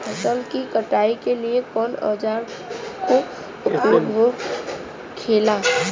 फसल की कटाई के लिए कवने औजार को उपयोग हो खेला?